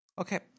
Okay